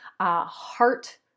heart